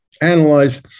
analyze